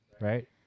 right